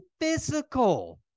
Physical